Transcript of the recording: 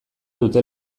dute